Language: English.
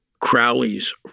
Crowley's